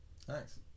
Thanks